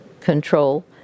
control